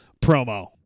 promo